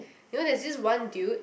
you know there's this one dude